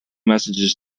messages